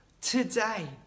today